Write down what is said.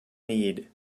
need